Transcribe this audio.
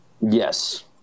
Yes